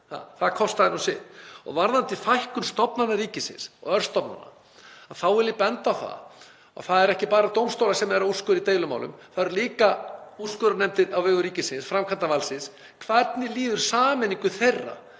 Það kostaði nú sitt. Og varðandi fækkun stofnana ríkisins og örstofnana þá vil ég benda á að það eru ekki bara dómstólar sem eru að úrskurða í deilumálum. Það eru líka úrskurðarnefndir á vegum ríkisins, framkvæmdarvaldsins. Hvað líður sameiningu þeirra?